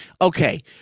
okay